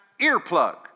earplug